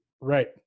right